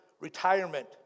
retirement